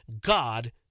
God